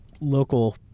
local